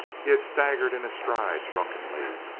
he had staggered in his stride, drunkenly.